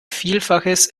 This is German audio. vielfaches